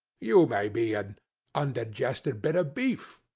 you may be an undigested bit of beef,